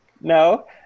No